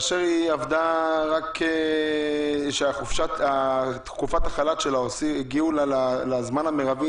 אם בתקופת החל"ת הגיעה לזמן המרבי,